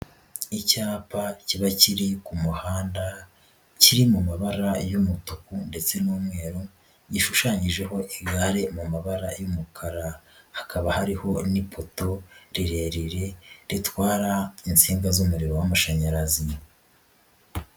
Icyapa kiba kiri ku muhanda kiri mu mabara y'umutuku ndetse n'umweru, gishushanyijeho igare mu mabara y'umukara, hakaba hariho n'ipoto rirerire ritwara insinga z'umuriro w'amashanyarazi.